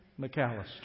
McAllister